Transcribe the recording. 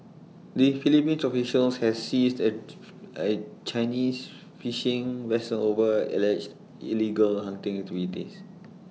the Philippines officials had seized A I Chinese fishing vessel over alleged illegal hunting activities